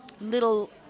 little